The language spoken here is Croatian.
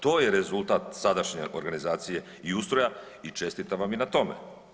To je rezultat sadašnje organizacije i ustroja i čestitam vam i na tome.